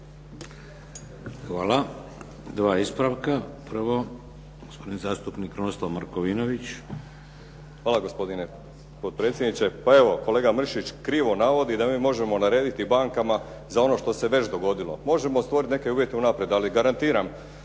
Hvala. Dva ispravka. Prvo. Gospodin zastupnik Krunoslav Markovinović. **Markovinović, Krunoslav (HDZ)** Hvala gospodine potpredsjedniče. Pa evo, kolega Mrsić krivo navodi da mi možemo narediti bankama za ono što se već dogodilo. Možemo stvoriti neke uvjete u naprijed, ali garantiram